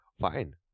fine